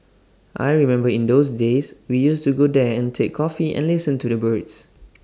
I remember in those days we used to go there and take coffee and listen to the birds